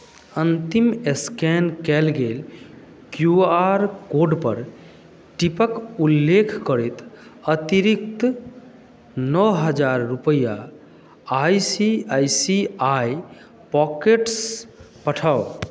अन्तिम स्कैन कयल गेल क्यू आर कोडपर टिपक उल्लेख करैत अतिरिक्त नओ हजार रुपैआ I C I C I pockets पठाउ